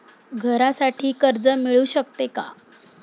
घरासाठी कर्ज मिळू शकते का?